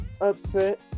upset